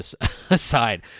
aside